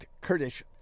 Kurdish